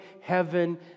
heaven